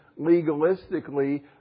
legalistically